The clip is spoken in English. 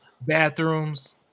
bathrooms